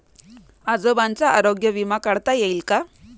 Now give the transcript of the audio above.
आजोबांचा आरोग्य विमा काढता येईल का?